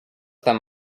them